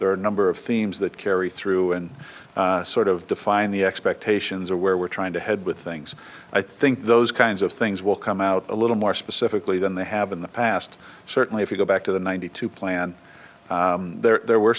a number of themes that carry through and sort of define the expectations of where we're trying to head with things i think those kinds of things will come out a little more specifically than they have in the past certainly if you go back to the ninety two plan there were